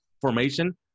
formation